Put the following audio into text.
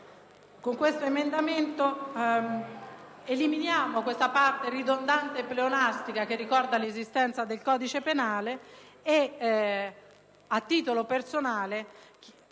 con l'emendamento 1.198 eliminiamo la parte ridondante e pleonastica che ricorda l'esistenza del codice penale e, a titolo personale,